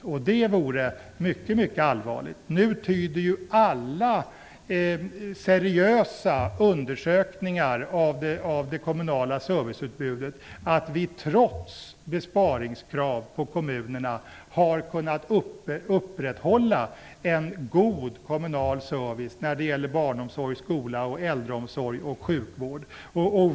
Det vore mycket allvarligt. Nu tyder ju alla seriösa undersökningar av det kommunala serviceutbudet på att vi, trots besparingskrav på kommunerna, har kunnat upprätthålla en god kommunal service när det gäller barnomsorg, skola, äldreomsorg och sjukvård.